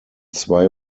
zwei